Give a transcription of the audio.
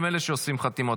הם אלה שאוספים חתימות.